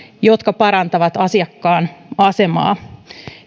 jotka parantavat asiakkaan asemaa